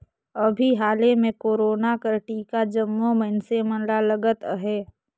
अभीं हाले में कोरोना कर टीका जम्मो मइनसे मन ल लगत अहे